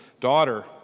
daughter